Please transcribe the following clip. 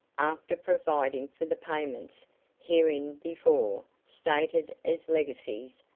after providing for the payments hereinbefore stated as legacies,